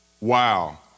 Wow